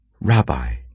Rabbi